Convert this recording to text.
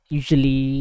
usually